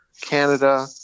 Canada